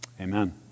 amen